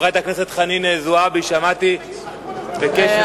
חברת הכנסת חנין זועבי, שמעתי בקשב רב את דברייך.